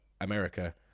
America